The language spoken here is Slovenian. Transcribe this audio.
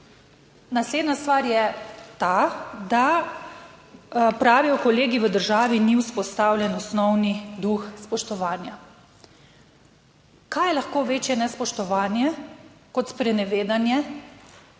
Naslednja stvar je ta, da, pravijo kolegi, v državi ni vzpostavljen osnovni duh spoštovanja. Kaj je lahko večje nespoštovanje kot sprenevedanje,